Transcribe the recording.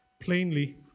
plainly